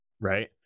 right